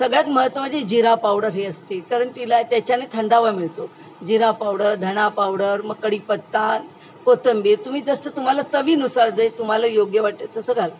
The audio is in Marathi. सगळ्यात महत्त्वाची जिरा पावडर हे असते कारण तिला त्याच्याने थंडावा मिळतो जिरा पावडर धणा पावडर मग कडीपत्ता कोथिंबीर तुम्ही जसं तुम्हाला चवीनुसार जे तुम्हाला योग्य वाटतं तसं घाला